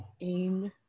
Aimed